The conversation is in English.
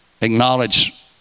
acknowledge